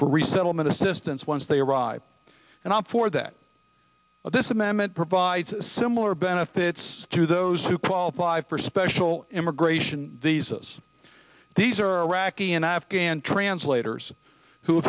resettlement assistance once they arrive and i'm for that this amendment provides similar benefits to those who qualify for special immigration these laws these are iraqi and afghan translators who